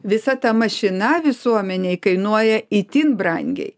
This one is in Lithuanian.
visa ta mašina visuomenei kainuoja itin brangiai